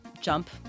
jump